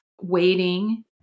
waiting